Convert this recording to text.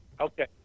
Okay